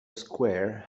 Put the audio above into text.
square